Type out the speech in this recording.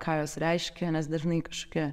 ką jos reiškia nes dažnai kažkokia